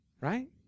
right